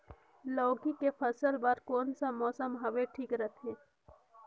लौकी के फसल बार कोन सा मौसम हवे ठीक रथे?